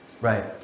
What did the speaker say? Right